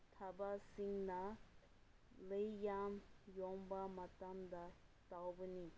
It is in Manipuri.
ꯊꯥꯕꯁꯤꯡꯅ ꯂꯩ ꯌꯥꯝꯅ ꯌꯣꯟꯕ ꯃꯇꯝꯗ ꯇꯧꯕꯅꯤ